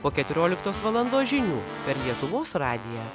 po keturioliktos valandos žinių per lietuvos radiją